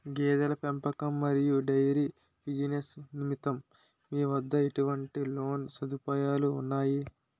గేదెల పెంపకం మరియు డైరీ బిజినెస్ నిమిత్తం మీ వద్ద ఎటువంటి లోన్ సదుపాయాలు ఉన్నాయి?